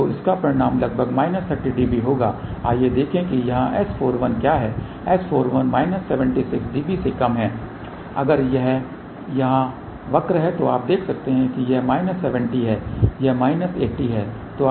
तो इसका परिणाम लगभग माइनस 30 dB होगा आइए देखें कि यहां S41 क्या है S41 माइनस 76 dB से कम है अगर यह यहां वक्र है तो आप देख सकते हैं कि यह माइनस 70 है यह माइनस 80 है